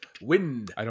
Wind